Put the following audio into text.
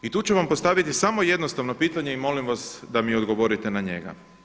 I tu ću vam postaviti samo jednostavno pitanje i molim vas da mi odgovorite na njega.